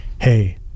hey